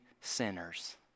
sinners